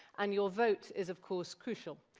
and your vote is, of course, crucial.